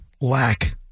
lack